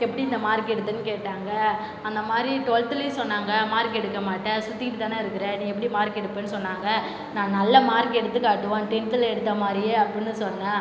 எப்படி இந்த மார்க்கு எடுத்தேனு கேட்டாங்க அந்த மாதிரி டுவல்துலேயும் சொன்னாங்க மார்க்கு எடுக்க மாட்ட சுற்றிட்டு தானே இருக்கிற நீ எப்படி மார்க்கு எடுப்பேனு சொன்னாங்க நான் நல்ல மார்க்கு எடுத்து காட்டுவேன் டென்த்தில் எடுத்த மாதிரியே அப்புடின்னு சொன்ன